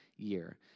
year